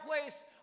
place